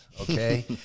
okay